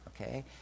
okay